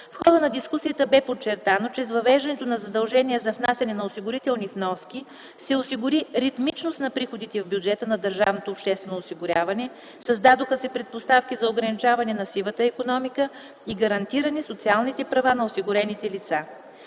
В хода на дискусията бе подчертано, че с въвеждането на задължение за внасяне на осигурителни вноски се осигури ритмичност на приходите в бюджета на държавното обществено осигуряване, създадоха се предпоставки за ограничаване на сивата икономика и гарантиране социалните права на осигурените лица.